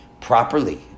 properly